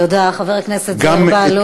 תודה, חבר הכנסת זוהיר בהלול.